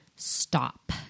stop